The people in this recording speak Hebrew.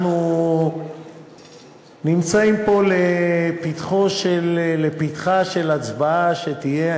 אנחנו נמצאים פה לפתחה של הצבעה שתהיה,